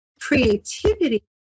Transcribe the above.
creativity